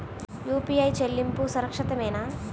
UPI చెల్లింపు సురక్షితమేనా?